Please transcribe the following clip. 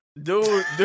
Dude